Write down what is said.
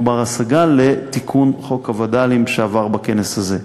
בר-השגה לתיקון חוק הווד"לים שעבר בכנס הזה.